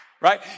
right